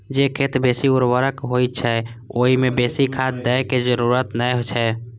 जे खेत बेसी उर्वर होइ छै, ओइ मे बेसी खाद दै के जरूरत नै छै